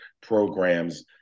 programs